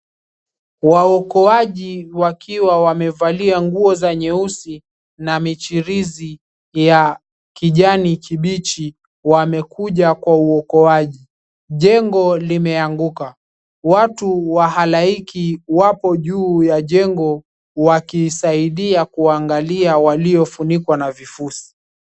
Waokoaji wakiwa wamevalia nguo zenye weusi na michirizi ya kijani kibichi wamekuja kwa uokoaji jengo limeanguka. Watu wa halaiki wapo juu ya jengo wakisaidia kuangalia waliofunikwa na vifusi.